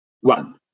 one